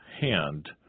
hand